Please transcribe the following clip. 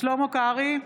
שלמה קרעי,